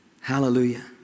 Hallelujah